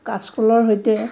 কাচকলৰ সৈতে